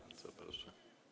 Bardzo proszę.